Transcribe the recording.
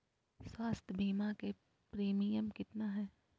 स्वास्थ बीमा के प्रिमियम कितना है?